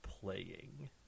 playing